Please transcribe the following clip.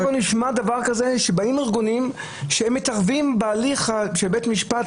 איפה נשמע דבר כזה שבאים ארגונים שהם מתערבים בהליך של בית משפט,